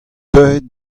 deuet